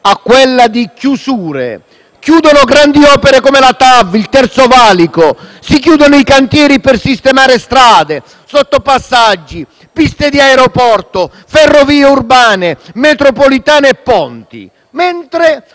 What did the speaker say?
a quella delle chiusure. Chiudono grandi opere come la TAV o il Terzo valico, si chiudono i cantieri per sistemare strade, sottopassaggi, piste di aeroporto, ferrovie urbane, metropolitane e ponti, mentre